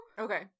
Okay